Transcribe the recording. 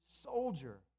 soldier